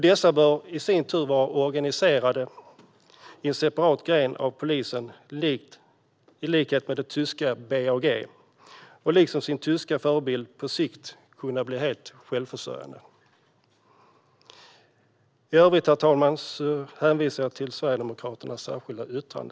Dessa bör i sin tur vara organiserade i en separat gren av polisen i likhet med tyska BAG och liksom sin tyska förebild på sikt kunna bli helt självförsörjande. I övrigt, herr talman, hänvisar jag till Sverigedemokraternas särskilda yttrande.